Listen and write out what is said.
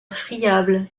friable